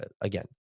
again